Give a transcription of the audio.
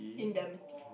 indemnity